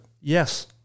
Yes